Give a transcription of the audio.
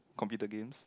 computer games